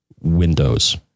windows